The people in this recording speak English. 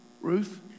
Ruth